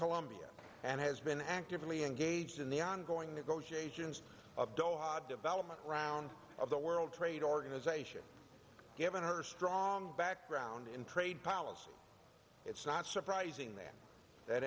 colombia and has been actively engaged in the ongoing negotiations of development around the world trade organization given her strong background in trade policy it's not surprising that that